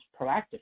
proactive